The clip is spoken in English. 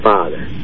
Father